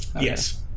Yes